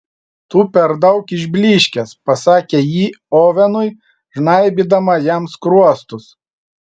tu per daug išblyškęs pasakė ji ovenui žnaibydama jam skruostus